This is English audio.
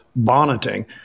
bonneting